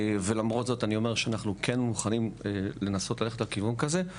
ולמרות זאת אני אומר שאנחנו כן מוכנים לנסות ללכת לכיוון כזה.